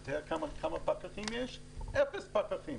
יש אפס פקחים.